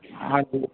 ਹਾਂਜੀ